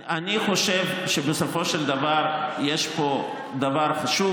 אני חושב שבסופו של דבר יש פה דבר חשוב: